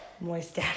Moist